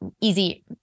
Easy